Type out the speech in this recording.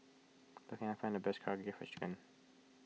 where can I find the best Karaage Fried Chicken